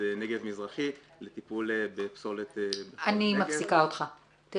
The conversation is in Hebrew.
נגב מזרחי לטיפול בפסולת --- אני מאוד משתדלת